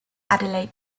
adelaide